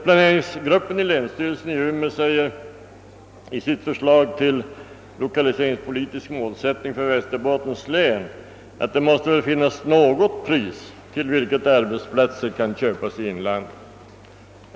Planeringsgruppen inom länsstyrelsen i Umeå säger i sitt förslag till lokaliseringspolitisk målsättning för Västerbottens län att det väl måste finnas något pris, till vilket arbetsplatser kan köpas i inlandet.